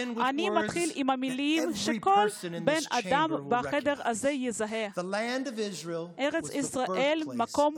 אני מתחיל עם המילים שכל בן אדם בחדר הזה יזהה: בארץ ישראל קם